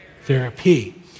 therapy